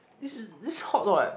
this this hot dog right